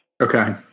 Okay